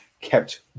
kept